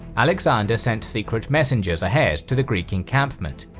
alexander sent secret messengers ahead to the greek encampment,